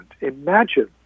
Imagine